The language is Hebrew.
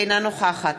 אינה נוכחת